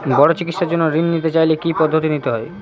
বড় চিকিৎসার জন্য ঋণ নিতে চাইলে কী কী পদ্ধতি নিতে হয়?